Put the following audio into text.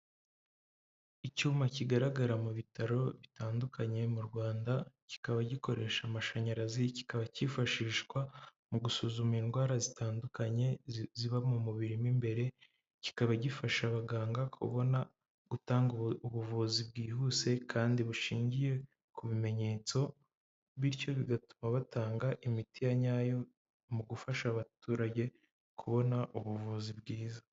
Icyuma kigaragara mu bitaro bitandukanye mu Rwanda, kikaba gikoresha amashanyarazi, kikaba cyifashishwa mu gusuzuma indwara zitandukanye ziba mu mubiri mo imbere, kikaba gifasha abaganga kubona, gutanga ubuvuzi bwihuse kandi bushingiye ku bimenyetso, bityo bigatuma batanga imiti ya nyayo mu gufasha abaturage, kubona ubuvuzi bwiza.